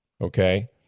okay